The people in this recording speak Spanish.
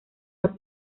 menor